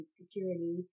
security